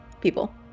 people